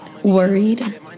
Worried